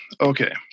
Okay